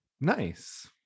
Nice